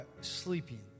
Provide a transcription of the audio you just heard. sleeping